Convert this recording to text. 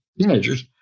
teenagers